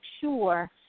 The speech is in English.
sure